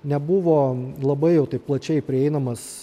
nebuvo labai jau taip plačiai prieinamas